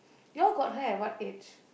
you'll got her at what age